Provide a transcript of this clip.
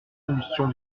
combustion